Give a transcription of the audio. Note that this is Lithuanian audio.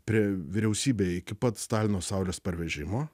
prie vyriausybei iki pat stalino saulės parvežimo